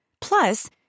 Plus